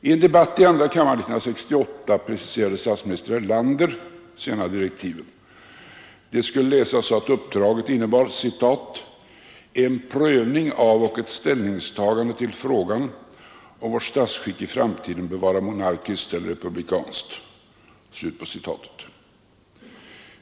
I en debatt i andra kammaren 1968 preciserade statsminister Erlander senare direktiven: de skulle läsas så att uppdraget innebar ”en prövning av och ett ställningstagande till frågan, om vårt statsskick i framtiden bör vara monarkiskt eller republikanskt”.